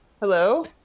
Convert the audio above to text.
hello